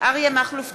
אריה מכלוף דרעי,